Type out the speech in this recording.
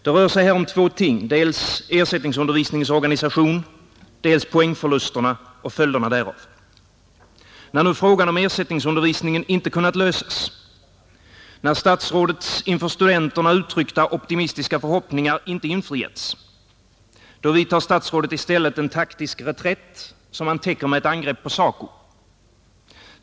Det rör sig här om två ting, dels ersättningsundervisningens organisation, dels poängförlusterna och följderna därav. När nu frågan om ersättningsundervisningen inte kunnat lösas, när statsrådets inför studenterna uttryckta optimistiska förhoppningar inte infriats — då vidtar statsrådet i stället en taktisk reträtt, som han täcker med ett angrepp på SACO.